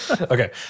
Okay